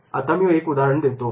आता मी एक उदाहरण घेतो